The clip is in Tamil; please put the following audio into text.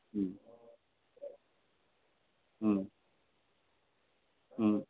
ம் ம் ம்